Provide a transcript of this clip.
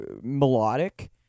melodic